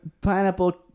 Pineapple